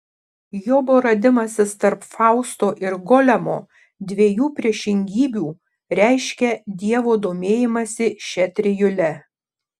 jobo radimasis tarp fausto ir golemo dviejų priešingybių reiškia dievo domėjimąsi šia trijule